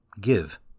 Give